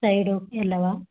side ಎಲ್ಲವಾ